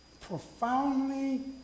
profoundly